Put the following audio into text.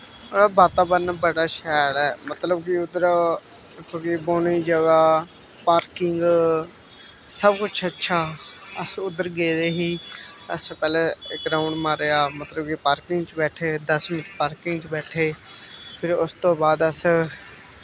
ओह्दा वातावरण बड़ा शैल ऐ मतलब कि उद्धर खुल्ली बौह्ने दी जगह पार्किंग सब कुछ अच्छा अस उद्धर गेदे ही अस पैह्ले इक राउंड मारेआ मतलब कि पार्किंग च बैठे दस मिंट्ट पार्किंग च बैठे फिर उस तो बाद अस